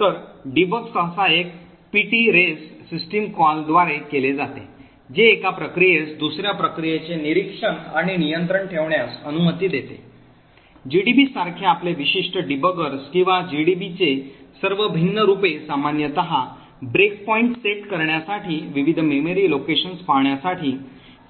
तर डीबग सहसा एक ptrace सिस्टम कॉल द्वारे केले जाते जे एका प्रक्रियेस दुसर्या प्रक्रियेचे निरीक्षण आणि नियंत्रण ठेवण्यास अनुमती देते जीडीबीसारखे आपले विशिष्ट डीबगर्स किंवा जीडीबीचे सर्व भिन्न रूपे सामान्यत ब्रेकपॉईंट सेट करण्यासाठी विविध मेमरी लोकेशन्स पहाण्यासाठी